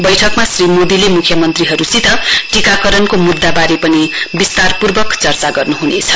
बैठकमा श्री मोदीले म्ख्यमन्त्रीहरूसित टीकाकरणको मुद्दाबारे पनि विस्तारपूर्वक चर्चा गर्न् हुनेछ